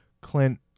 Clint